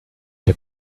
the